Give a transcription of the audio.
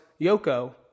Yoko